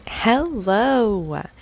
Hello